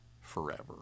forever